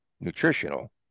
nutritional